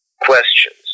questions